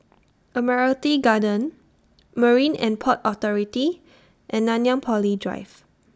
Admiralty Garden Marine and Port Authority and Nanyang Poly Drive